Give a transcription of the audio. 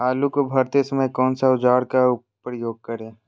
आलू को भरते समय कौन सा औजार का प्रयोग करें?